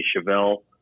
Chevelle